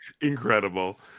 Incredible